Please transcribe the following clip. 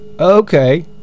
Okay